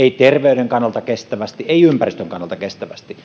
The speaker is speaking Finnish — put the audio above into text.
terveyden kannalta kestävästi eivät ympäristön kannalta kestävästi